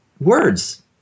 words